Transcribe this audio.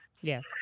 Yes